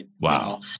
Wow